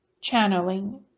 channeling